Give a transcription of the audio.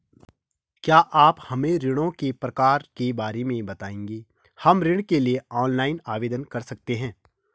क्या आप हमें ऋणों के प्रकार के बारे में बताएँगे हम ऋण के लिए ऑनलाइन आवेदन कर सकते हैं?